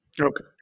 Okay